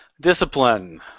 Discipline